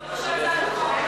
זה לא מה שהצעת החוק מציעה.